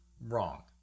Wrong